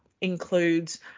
includes